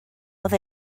oedd